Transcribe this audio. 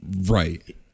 Right